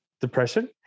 depression